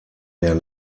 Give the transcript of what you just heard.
der